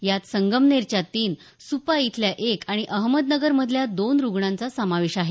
यात संगमनेरच्या तीन सुपा इथल्या एक आणि अहमदनगर मधल्या दोन रुग्णाचा समावेश आहे